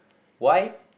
why